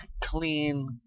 clean